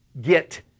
get